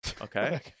Okay